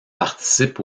participent